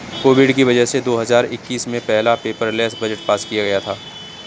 Covid की वजह से दो हजार इक्कीस में पहला पेपरलैस बजट पास किया गया था